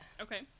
Okay